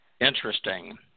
interesting